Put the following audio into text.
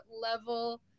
level